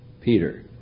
Peter